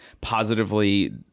positively